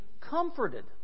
comforted